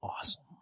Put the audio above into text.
awesome